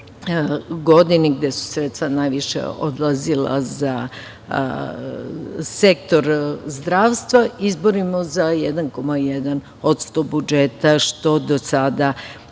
godini, gde su sredstva najviše odlazila za sektor zdravstva, izborimo za 1,1% budžeta, što do sada